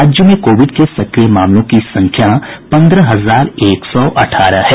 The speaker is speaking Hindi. राज्य में कोविड के सक्रिय मामलों की संख्या पंद्रह हजार एक सौ अठारह है